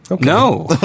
No